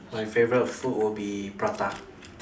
my favorite food would be prata